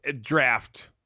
draft